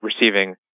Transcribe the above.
receiving